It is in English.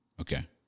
Okay